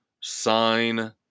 sign